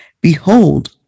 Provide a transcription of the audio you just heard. Behold